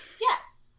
Yes